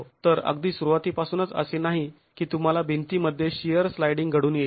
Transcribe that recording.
तर अगदी सुरुवातीपासूनच असे नाही की तुम्हाला भिंतीमध्ये शिअर स्लायडिंग घडून येईल